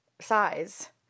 size